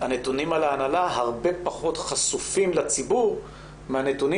הנתונים על ההנהלה הרבה פחות חשופים לציבור מהנתונים